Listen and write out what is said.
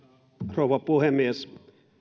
rouva puhemies